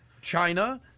China –